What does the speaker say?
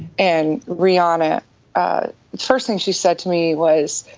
and rihanna the first thing she said to me was,